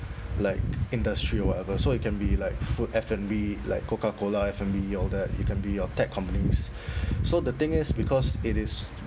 like industry or whatever so it can be like food F and B like coca cola F and B all that it can be your tech companies so the thing is because it is